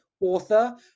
author